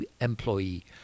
employee